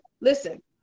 Listen